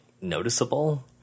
noticeable